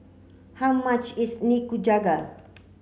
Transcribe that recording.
how much is Nikujaga